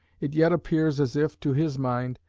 it yet appears as if, to his mind,